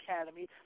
Academy